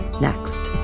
next